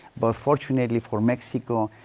but fortunately for mexico,